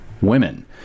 women